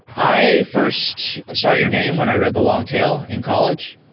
i first saw your name when i read the long tail in college.